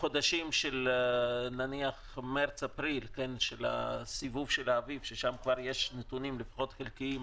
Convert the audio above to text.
החודשים של מרס-אפריל שאז כבר יש נתונים חלקיים,